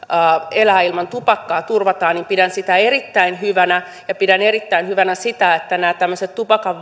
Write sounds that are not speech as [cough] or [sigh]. elää ilman tupakkaa turvataan pidän erittäin hyvänä ja pidän erittäin hyvänä sitä että näille tämmöisille tupakan [unintelligible]